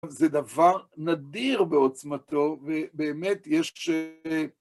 זה דבר נדיר בעוצמתו, ובאמת יש ש...